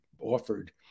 offered